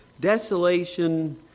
Desolation